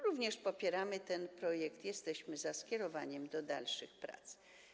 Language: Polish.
Również popieramy ten projekt, jesteśmy za skierowaniem go do dalszych prac.